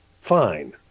fine